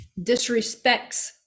disrespects